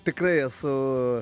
tikrai esu